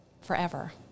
forever